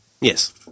Yes